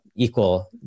equal